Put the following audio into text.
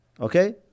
Okay